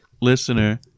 Listener